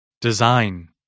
Design